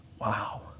Wow